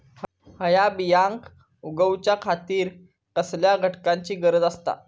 हया बियांक उगौच्या खातिर कसल्या घटकांची गरज आसता?